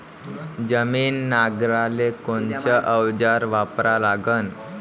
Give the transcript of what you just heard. जमीन नांगराले कोनचं अवजार वापरा लागन?